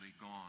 gone